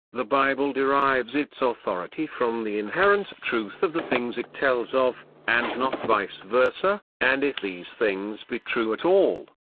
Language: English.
the bible derives its authority from the inherent truth of the things it tells of, and not vice versa and if these things be true at all,